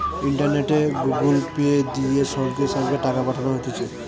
ইন্টারনেটে Google Pay, দিয়ে সঙ্গে সঙ্গে টাকা পাঠানো হতিছে